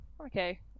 okay